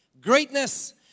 Greatness